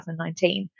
2019